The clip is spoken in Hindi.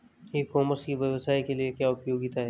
ई कॉमर्स की व्यवसाय के लिए क्या उपयोगिता है?